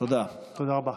תודה רבה.